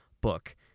book